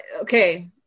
okay